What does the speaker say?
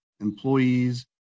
employees